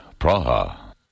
Praha